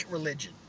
religion